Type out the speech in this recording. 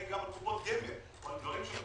שלא יהיה מצב שיפרשו את זה כקופות גמל או דברים אחרים.